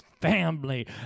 family